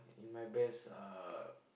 in my best uh